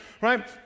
Right